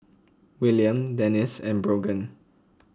Willian Denisse and Brogan